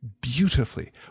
beautifully